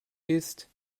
isst